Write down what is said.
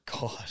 God